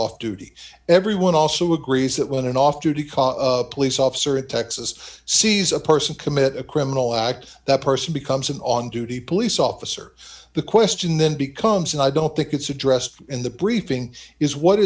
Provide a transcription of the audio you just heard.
off duty everyone also agrees that when an off duty cop a police officer at texas sees a person commit a criminal act that person becomes an on duty police officer the question then becomes and i don't think it's addressed in the briefing is what